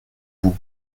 vous